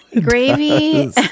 Gravy